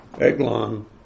Eglon